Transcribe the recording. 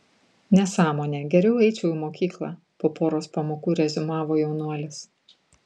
nesąmonė geriau eičiau į mokyklą po poros pamokų reziumavo jaunuolis